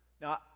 now